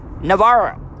Navarro